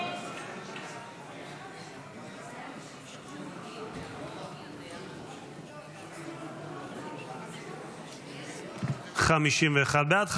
51 בעד,